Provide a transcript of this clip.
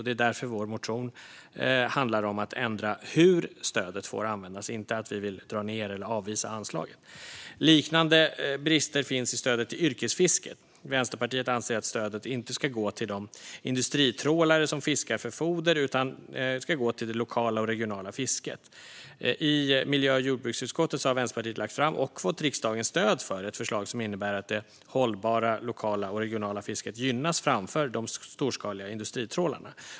Det är därför vår motion handlar om att ändra hur stödet får användas och inte om att vi vill dra ned eller avvisa anslaget. Liknande brister finns i stödet till yrkesfisket. Vänsterpartiet anser att stödet inte ska gå till de industritrålare som fiskar för foder utan till det lokala och regionala fisket. Vänsterpartiet har i miljö och jordbruksutskottet lagt fram, och fått riksdagens stöd för, ett förslag som innebär att det hållbara lokala och regionala fisket gynnas framför de storskaliga industritrålarna.